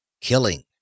KILLING